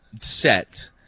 set